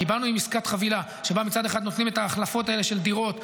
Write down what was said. כי באנו עם עסקת חבילה שבה מצד אחד נותנים את ההחלפות האלה של דירות,